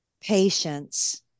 patience